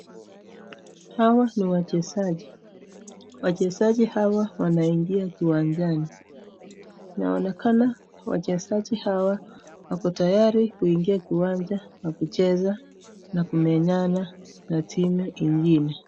Hawa ni wachezaji, wachezaji hawa wanaingia kiwanjani, inaonekana wachezaji hawa wako tayari kuingia kiwanja na kucheza na kumenyana na timu ingine.